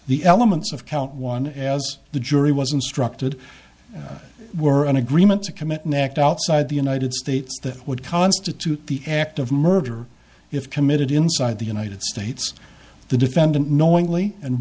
the elements of count one as the jury was instructed were an agreement to commit an act outside the united states that would constitute the act of murder if committed inside the united states the defendant knowingly and